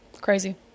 Crazy